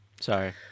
sorry